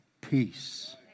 peace